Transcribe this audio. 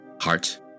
heart